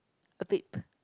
a bit